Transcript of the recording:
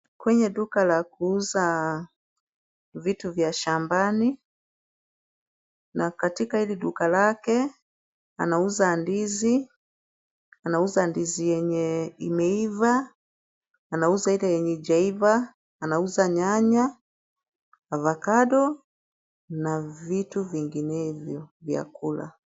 Kwenye duka la kuuza vitubza shambani. Na katika hili duka lake anauza ndizi. Anauza ndizi yenye imeiva, anauza ile yenye haijaiva, anauza nyanya, avocado na vitu vingenevyo vya kula.